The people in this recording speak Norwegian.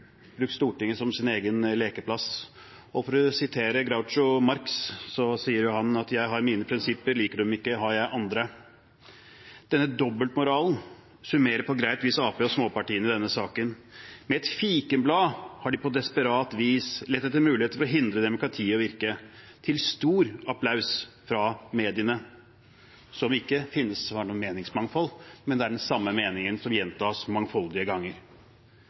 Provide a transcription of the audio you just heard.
Stortinget som sin egen lekeplass. For å referere Groucho Marx: Jeg har mine prinsipper. Liker du dem ikke, har jeg andre. Denne dobbeltmoralen summerer på greit vis Arbeiderpartiet og småpartiene i denne saken. Med et fikenblad har de på desperat vis lett etter muligheter for å hindre demokratiet i å virke, til stor applaus fra mediene, som ikke har noe meningsmangfold, det er den samme meningen som gjentas mangfoldige ganger.